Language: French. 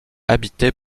habitée